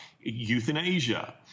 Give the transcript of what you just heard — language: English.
euthanasia